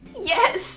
Yes